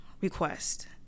request